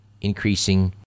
increasing